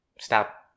stop